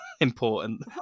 important